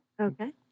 Okay